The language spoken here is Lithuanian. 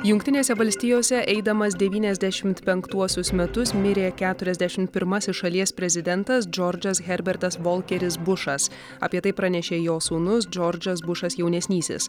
jungtinėse valstijose eidamas devyniasdešimt penktuosius metus mirė keturiasdešimt pirmasis šalies prezidentas džordžas herbertas volkeris bušas apie tai pranešė jo sūnus džordžas bušas jaunesnysis